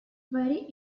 very